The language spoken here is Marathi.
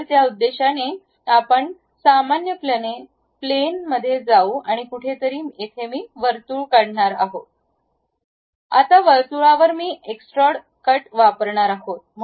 तर त्या उद्देशाने आपण सामान्यपणे प्लेनमध्ये जाऊ आणि कुठेतरी येथे मी वर्तुळ काढणार आहे आता वर्तुळावर मी एक्स्ट्रॉड कट वापरणार आहे